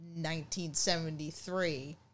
1973